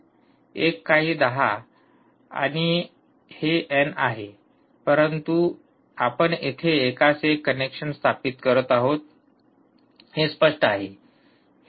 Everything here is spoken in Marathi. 1 काही 10 आणि हे एन आहे आपण येथे एकास एक कनेक्शन स्थापित करत आहोत हे स्पष्ट आहे